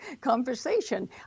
conversation